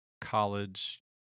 college